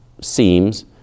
seams